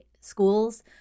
schools